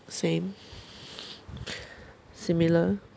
same similar